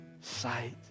sight